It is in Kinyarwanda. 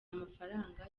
amafaranga